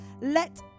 Let